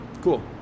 cool